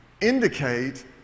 indicate